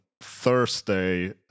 thursday